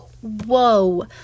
whoa